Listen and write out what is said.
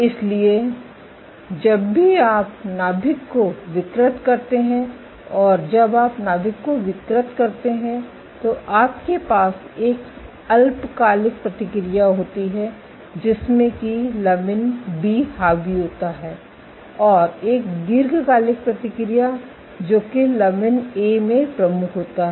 इसलिए जब भी आप नाभिक को विकृत करते हैं और जब आप नाभिक को विकृत करते हैं तो आपके पास एक अल्पकालिक प्रतिक्रिया होती है जिसमें कि लमिन बी हावी होता है और एक दीर्घकालिक प्रतिक्रिया जो कि लमिन ए में प्रमुख होता है